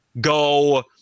go